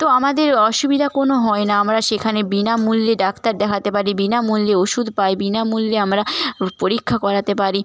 তো আমাদের অসুবিধা কোনো হয় না আমরা সেখানে বিনামূল্যে ডাক্তার দেখাতে পারি বিনামূল্যে ওষুধ পাই বিনামূল্যে আমরা পরীক্ষা করাতে পারি